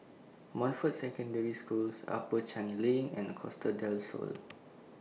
Montfort Secondary Schools Upper Changi LINK and Costa Del Sol